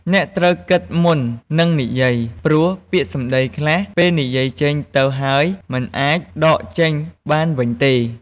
អ្នកត្រូវគិតមុននឹងនិយាយ ព្រោះពាក្យសម្តីខ្លះពេលនិយាយចេញទៅហើយ មិនអាចដកចេញបានវិញទេ។